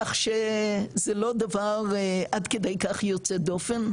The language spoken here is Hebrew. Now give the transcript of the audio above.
כך שזה לא דבר עד כדי כך יוצא דופן.